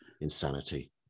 insanity